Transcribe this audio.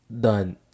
done